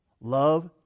Love